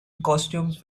costumes